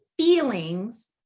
feelings